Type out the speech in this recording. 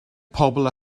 pobl